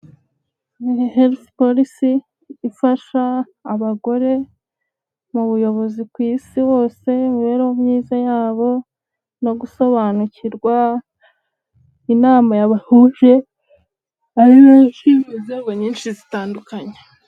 Helifu polisi ifasha abagore mu buyobozi ku isi hose, imibereho myiza yabo no gusobanukirwa, inama yabahuje ari benshi, inzego nyinshi zitandukanye.